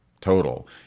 total